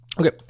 Okay